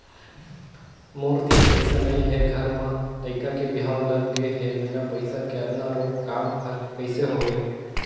मोर तीर पइसा नइ हे घर म लइका के बिहाव लग गे हे बिना पइसा के अतना रोंट काम हर कइसे होही